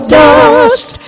dust